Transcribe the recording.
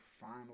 final